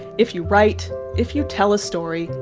if you write, if you tell a story,